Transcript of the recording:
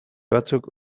batzuk